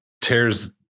tears